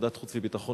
בוועדת חוץ וביטחון,